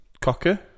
Cocker